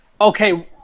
Okay